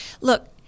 Look